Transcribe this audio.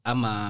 Ama